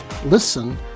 Listen